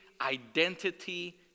identity